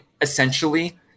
essentially